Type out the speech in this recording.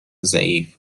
ضعیف